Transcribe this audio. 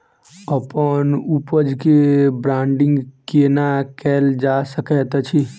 अप्पन उपज केँ ब्रांडिंग केना कैल जा सकैत अछि?